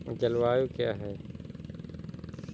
जलवायु क्या है?